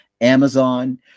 Amazon